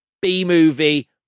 B-movie